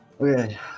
Okay